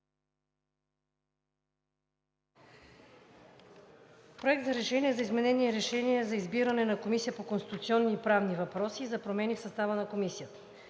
на Решението за изменение на Решение за избиране на Комисия по конституционни и правни въпроси за промени в състава на Комисията.